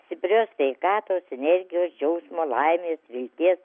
stiprios sveikatos energijos džiaugsmo laimės vilties